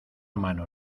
mano